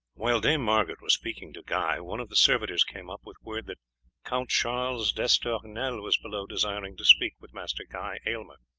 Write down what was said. while dame margaret was speaking to guy, one of the servitors came up with word that count charles d'estournel was below desiring to speak with master guy aylmer.